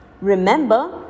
Remember